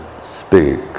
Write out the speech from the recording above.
speak